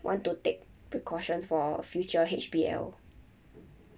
want to take precautions for future H_B_L